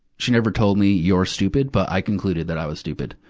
she never told me you're stupid, but i concluded that i was stupid.